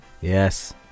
Yes